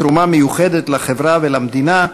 תרומה מיוחדת לחברה ולמדינה.